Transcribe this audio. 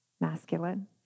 masculine